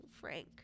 Frank